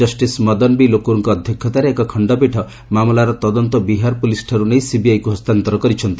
justice Madan B ଲୋକୁରଙ୍କ ଅଧ୍ୟକ୍ଷତାରେ ଏକ ଖଶ୍ତପୀଠ ମାମଲାର ତଦନ୍ତ ବିହାର ପୋଲିସଠାରୁ ନେଇ ସିବିଆଇକୁ ହସ୍ତାନ୍ତର କରିଛନ୍ତି